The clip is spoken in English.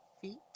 feet